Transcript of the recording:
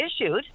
issued